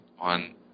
on